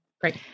Great